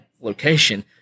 location